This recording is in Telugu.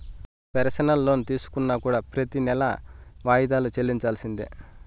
పెర్సనల్ లోన్ తీసుకున్నా కూడా ప్రెతి నెలా వాయిదాలు చెల్లించాల్సిందే